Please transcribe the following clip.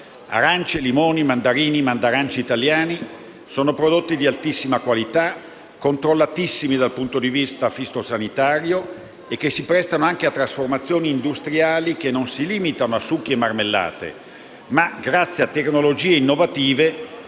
Arance, limoni, mandarini e mandaranci italiani sono prodotti di altissima qualità, controllatissimi dal punto di vista fitosanitario e che si prestano anche a trasformazioni industriali che non si limitano a succhi e marmellate, in quanto, grazie a tecnologie innovative,